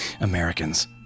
Americans